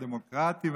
הדמוקרטיים,